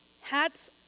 Hats